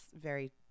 very-